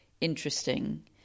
interesting